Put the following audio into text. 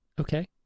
okay